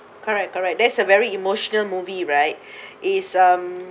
correct correct that's a very emotional movie right is um